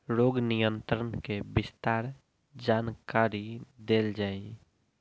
रोग नियंत्रण के विस्तार जानकरी देल जाई?